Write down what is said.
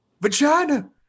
vagina